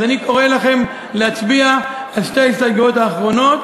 אני קורא לכם להצביע בעד שתי ההסתייגויות האחרונות